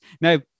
now